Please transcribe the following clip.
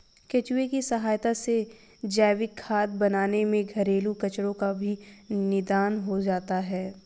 केंचुए की सहायता से जैविक खाद बनाने में घरेलू कचरो का भी निदान हो जाता है